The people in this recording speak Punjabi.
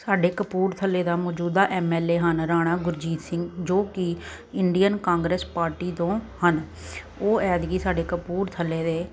ਸਾਡੇ ਕਪੂਰਥਲੇ ਦਾ ਮੌਜੂਦਾ ਐਮ ਐਲ ਏ ਹਨ ਰਾਣਾ ਗੁਰਜੀਤ ਸਿੰਘ ਜੋ ਕਿ ਇੰਡੀਅਨ ਕਾਂਗਰਸ ਪਾਰਟੀ ਤੋਂ ਹਨ ਉਹ ਐਦਕੀ ਸਾਡੇ ਕਪੂਰਥਲੇ ਦੇ